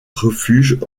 refuge